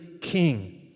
king